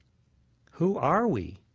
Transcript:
who are we?